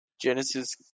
Genesis